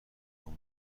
وارد